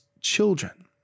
children